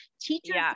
Teachers